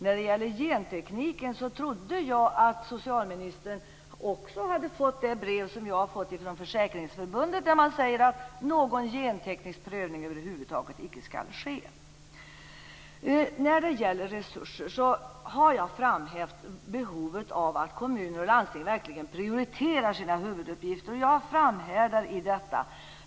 När det gäller gentekniken trodde jag att socialministern också hade fått det brev som jag har fått från Försäkringsförbundet i vilket det sägs att någon genteknisk prövning över huvud taget inte skall ske. I fråga om resurser har jag framhävt behovet av att kommuner och landsting verkligen prioriterar sina huvuduppgifter. Jag framhärdar i detta.